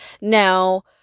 Now